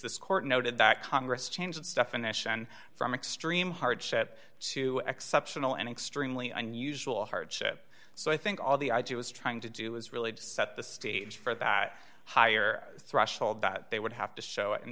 this court noted that congress changed its definition from extreme hardship to exceptional and extremely unusual hardship so i think all the idea was trying to do was really set the stage for that higher threshold that they would have to show i